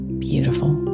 beautiful